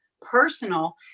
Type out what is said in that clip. personal